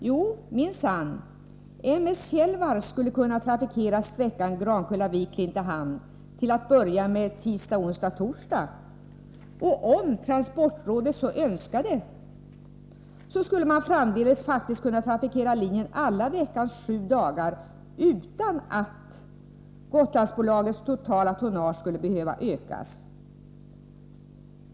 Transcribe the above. Jo, minnsann, M/S Tjelvar skulle kunna trafikera sträckan Grankullavik-Klintehamn, till att börja med tisdag, onsdag och torsdag. Och om transportrådet så önskade skulle man framdeles faktiskt kunna trafikera linjen alla veckans sju dagar — utan att Gotlandsbolagets totala tonnage skulle behöva ökas.